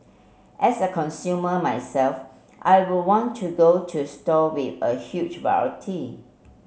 as a consumer myself I would want to go to store with a huge variety